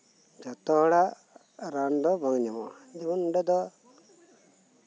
ᱡᱷᱚᱛᱚ ᱦᱚᱲᱟᱜ ᱨᱟᱱ ᱫᱚ ᱵᱟᱝ ᱧᱟᱢᱚᱜᱼᱟ ᱡᱮᱢᱚᱱ ᱚᱸᱰᱮ ᱫᱚ